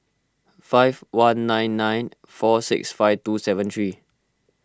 five one nine nine four six five two seven three